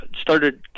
started